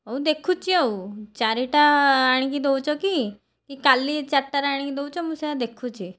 ହଉ ଦେଖୁଛି ଆଉ ଚାରିଟା ଆଣିକି ଦେଉଛି କି କାଲି ଚାରିଟାରେ ଆଣିକି ଦେଉଛ ମୁଁ ସେୟା ଦେଖୁଛି